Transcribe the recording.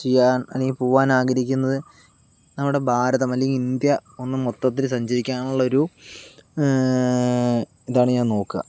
ചെയ്യാൻ അല്ലെങ്കില് പോകാന് ആഗ്രഹിക്കുന്നത് നമ്മുടെ ഭാരതം അല്ലെങ്കില് ഇന്ത്യ ഒന്നു മൊത്തത്തില് സഞ്ചരിക്കാനുള്ളൊരു ഇതാണ് ഞാൻ നോക്കുക